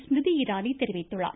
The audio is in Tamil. ஸ்மிருதி இராணி தெரிவித்துள்ளார்